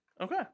Okay